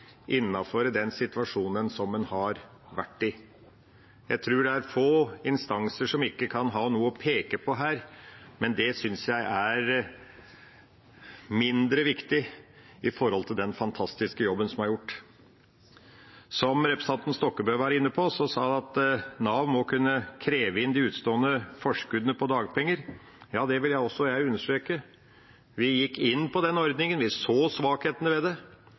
den situasjonen en var i. Jeg tror det er få instanser som ikke kan ha noe å peke på her, men det synes jeg er mindre viktig i forhold til den fantastiske jobben som er gjort. Representanten Stokkebø var inne på at Nav må kunne kreve inn de utestående forskuddene på dagpenger, og det vil også jeg understreke. Vi gikk inn på den ordningen, vi så svakhetene ved det,